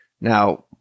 Now